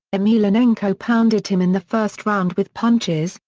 emelianenko pounded him in the first round with punches,